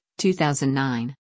2009